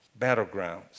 battlegrounds